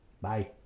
Bye